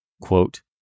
quote